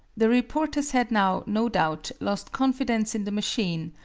the reporters had now, no doubt, lost confidence in the machine,